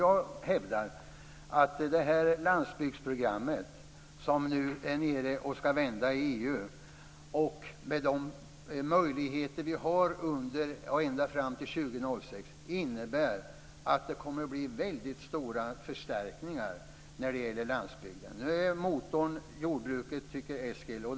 Jag hävdar att landsbygdsprogrammet - som nu gör en vända i EU - och de möjligheter som finns fram till 2006 innebär att det kommer att bli stora förstärkningar i landsbygden. Eskil Erlandsson tycker att jordbruket är motorn.